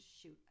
Shoot